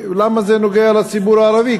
למה זה נוגע לציבורי הערבי,